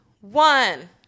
one